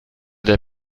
der